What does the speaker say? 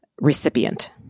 recipient